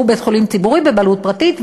שהוא בית-חולים ציבורי בבעלות פרטית,